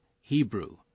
Hebrew